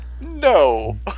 No